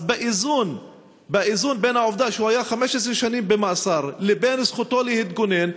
אז באיזון בין העובדה שהוא היה 15 שנים במאסר לבין זכותו להתגונן,